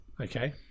Okay